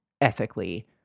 ethically